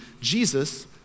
Jesus